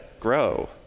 grow